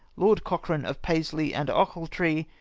lord cochrane of paisley and ochiltree,